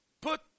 put